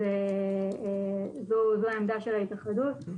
זאת עמדת התאחדות התעשיינים.